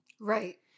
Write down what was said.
Right